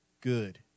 good